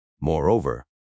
Moreover